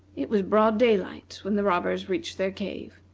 it was broad daylight when the robbers reached their cave.